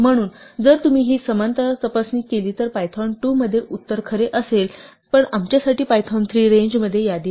म्हणून जर तुम्ही ही समानता तपासणी केली तर पायथॉन 2 मध्ये उत्तर खरे असेल पण आमच्यासाठी पायथॉन 3 रेंजमध्ये यादी नाही